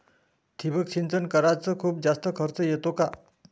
ठिबक सिंचन कराच खूप जास्त खर्च येतो का?